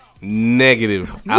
Negative